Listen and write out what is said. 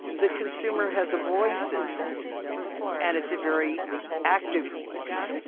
the consumer has a voice in this and it's a very active voice.